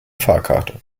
fahrkarte